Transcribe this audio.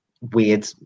weird